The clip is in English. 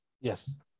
Yes